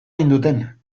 ninduten